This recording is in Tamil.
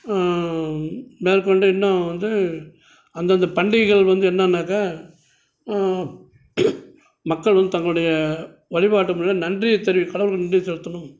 மேற்கொண்டு இன்னும் வந்து அந்தந்த பண்டிகைகள் வந்து என்னென்னாக்கா மக்கள் வந்து தங்களுடைய வழிபாட்டு முறையில் நன்றியை தெரிவிக்க கடவுளுக்கு நன்றி செலுத்தணும்